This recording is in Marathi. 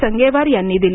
संगेवार यांनी दिली